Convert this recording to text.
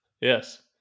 Yes